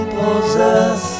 possess